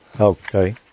Okay